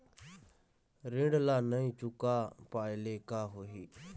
ऋण ला नई चुका पाय ले का होही?